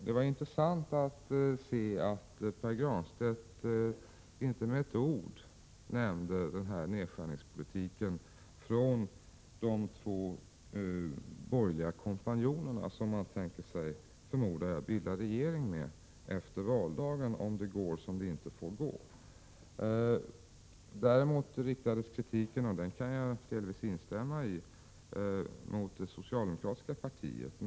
Det var intressant att höra att Pär Granstedt inte med ett ord nämnde de två borgerliga kompanjonernas nedskärningspolitik, dessa två borgerliga partier som centerpartiet tänker, förmodar jag, bilda regering med efter valdagen om det går som det inte får gå i valet. Däremot riktade Pär Granstedt kritik mot det socialdemokratiska partiet, och denna kritik kan jag delvis instämma i.